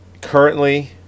currently